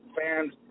fans